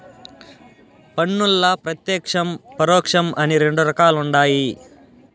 పన్నుల్ల ప్రత్యేక్షం, పరోక్షం అని రెండు రకాలుండాయి